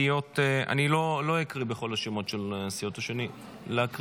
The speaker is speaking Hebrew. אני לא אקריא בשם כל הסיעות אלא רק בשם הקבוצות.